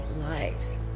lives